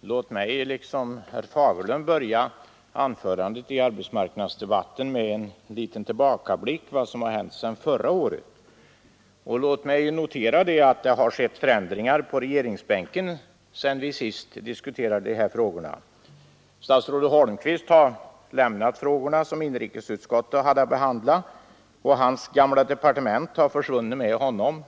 Låt mig liksom herr Fagerlund börja anförandet i arbetsmarknadsdebatten med en liten tillbakablick på vad som hänt sedan förra året. Låt mig notera att det har skett förändringar på regeringsbänken sedan vi senast diskuterade dessa frågor. Statsrådet Holmqvist har lämnat de frågor som inrikesutskottet hade att behandla, och hans gamla departement har försvunnit med honom.